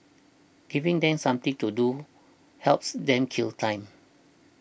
giving them something to do helps them kill time